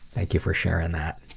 thank you for sharing that.